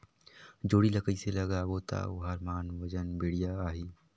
जोणी ला कइसे लगाबो ता ओहार मान वजन बेडिया आही?